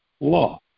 law